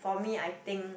for me I think